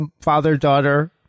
father-daughter